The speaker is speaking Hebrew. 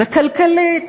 וכלכלית,